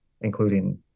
including